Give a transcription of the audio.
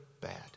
bad